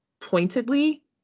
pointedly